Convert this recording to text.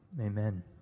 amen